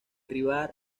rival